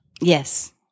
Yes